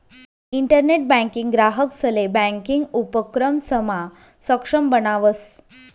internet banking ग्राहकंसले banking उपक्रमसमा सक्षम बनावस